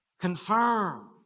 confirm